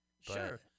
Sure